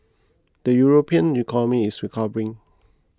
the European economy is recovering